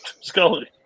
Scully